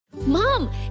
Mom